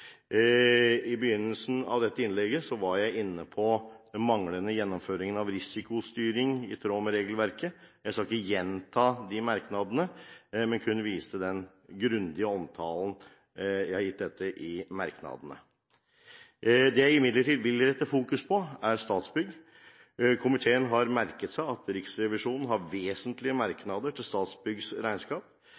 I begynnelsen av dette innlegget var jeg inne på den manglende gjennomføring av risikostyring i tråd med regelverket. Jeg skal ikke gjenta det, men kun vise til den grundige omtalen vi har gitt dette i merknadene. Det jeg imidlertid vil fokusere på, er Statsbygg. Komiteen har merket seg at Riksrevisjonen har vesentlige merknader til